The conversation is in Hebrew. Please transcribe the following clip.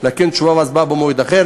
לכן תשובה והצבעה במועד אחר.